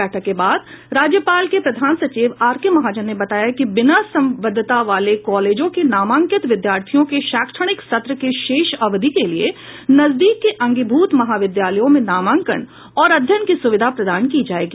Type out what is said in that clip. बैठक के बाद राज्यपाल के प्रधान सचिव आर के महाजन ने बताया कि बिना संवद्धता वाले कॉलेजों के नामांकित विद्यार्थियों के शैक्षणिक सत्र के शेष अवधि के लिये नजदीक के अंगिभूत महाविद्यालयों में नामांकन और अध्ययन की सुविधा प्रदान की जायेगी